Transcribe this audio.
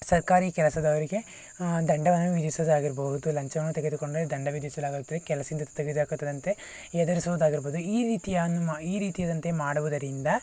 ಸರ್ಕಾರಿ ಕೆಲಸದವರಿಗೆ ದಂಡವನ್ನು ವಿಧಿಸುವುದಾಗಿರ್ಬೋದು ಲಂಚವನ್ನು ತೆಗೆದುಕೊಂಡರೆ ದಂಡ ವಿಧಿಸಲಾಗುತ್ತದೆ ಕೆಲಸದಿಂದ ತೆಗೆದುಹಾಕುತ್ತಾರಂತೆ ಎದುರಿಸುವುದಾಗಿರ್ಬೋದು ಈ ರೀತಿಯ ಅನುಮಾ ಈ ರೀತಿಯಾದಂತೆ ಮಾಡುವುದರಿಂದ